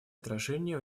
отражение